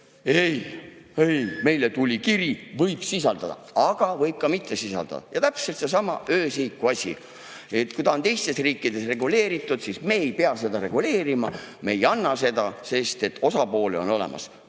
ei-ei, meile tuli kiri, et võib sisaldada. Aga võib ka mitte sisaldada. Täpselt seesama asi on öösihikuga, et kui ta on teistes riikides reguleeritud, siis me ei pea seda reguleerima. Et me ei anna seda [õigust], sest osapooled olid olemas: